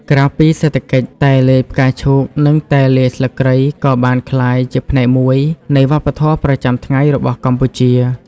ក្រៅពីសេដ្ឋកិច្ច តែលាយផ្កាឈូកនិងតែលាយស្លឹកគ្រៃក៏បានក្លាយជាផ្នែកមួយនៃវប្បធម៌ប្រចាំថ្ងៃរបស់កម្ពុជា។